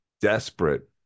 desperate